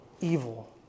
evil